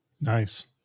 Nice